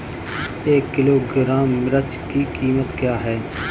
एक किलोग्राम मिर्च की कीमत क्या है?